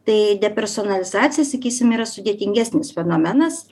tai depersonalizacija sakysim yra sudėtingesnis fenomenas